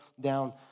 down